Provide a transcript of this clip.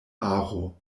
aro